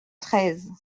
treize